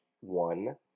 one